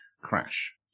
crash